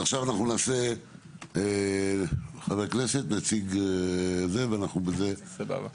אז עכשיו נעשה חבר כנסת, נציג, ובזה נסיים.